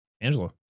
Angela